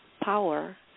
power